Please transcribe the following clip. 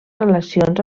relacions